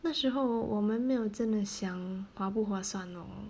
那时候我我们没有真的想划不划算 lor